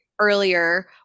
earlier